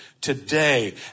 today